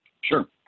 Sure